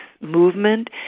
movement